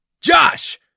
Josh